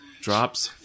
Drops